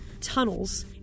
tunnels